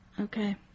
okay